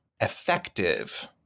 effective